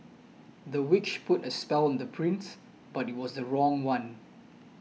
the witch put a spell on the prince but it was the wrong one